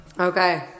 Okay